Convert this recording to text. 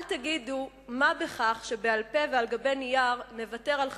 אל תגידו מה בכך שבעל-פה ועל גבי נייר נוותר על חברון,